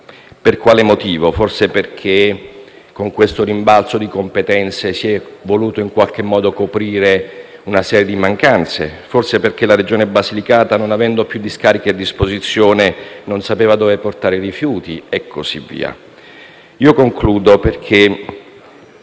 Per quale motivo? Forse perché con questo rimbalzo di competenze si è voluto coprire una serie di mancanze? Forse perché la Regione Basilicata, non avendo più discariche a disposizione, non sapeva dove portare i rifiuti? Per concludere,